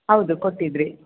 ಹೌದು ಕೊಟ್ಟಿದ್ದಿರಿ